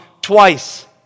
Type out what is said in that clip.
twice